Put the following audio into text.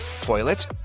toilet